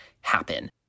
happen